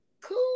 cool